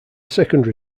secondary